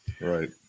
right